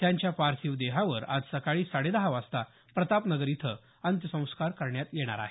त्यांच्या पार्थिव देहावर आज सकाळी साडे दहा वाजता प्रतापनगर इथे अंत्यसंस्कार करण्यात येणार आहेत